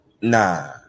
Nah